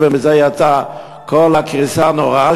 ומזה יצאה כל הקריסה הנוראה,